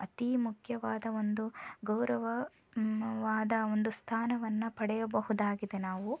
ಅತೀ ಮುಖ್ಯವಾದ ಒಂದು ಗೌರವ ವಾದ ಒಂದು ಸ್ಥಾನವನ್ನು ಪಡೆಯಬಹುದಾಗಿದೆ ನಾವು